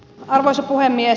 arvoisa puhemies